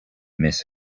miss